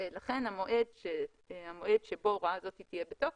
ולכן המועד שבו ההוראה הזו תהיה בתוקף,